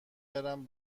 برم